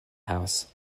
house